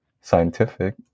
scientific